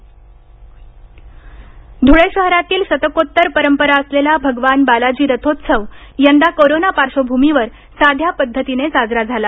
बालाजी रथोत्सव धुळे ध्वळे शहरातील शतकोत्तर परंपरा असलेला भगवान बालाजी रथोत्सव यंदा कोरोना पार्श्वभूमीवर साध्या पध्दतीने साजरा झाला